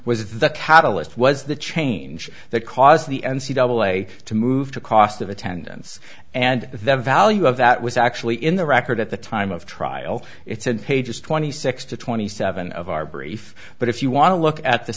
was the catalyst was the change that caused the end c w a to move to cost of attendance and the value of that was actually in the record at the time of trial it's and pages twenty six to twenty seven of our brief but if you want to look at the